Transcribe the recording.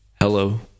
Hello